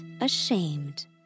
ashamed